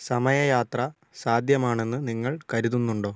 സമയം യാത്ര സാധ്യമാണെന്ന് നിങ്ങൾ കരുതുന്നുണ്ടോ